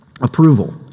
approval